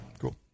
Cool